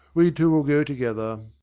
we two will go together.